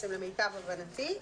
למיטב הבנתי,